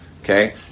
Okay